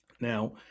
Now